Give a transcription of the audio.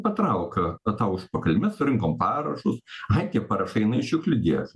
patrauk tą užpakalį mes surinkom parašus ai tie parašai eina į šiukšlių dėžę